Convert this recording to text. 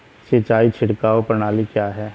सिंचाई छिड़काव प्रणाली क्या है?